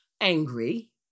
angry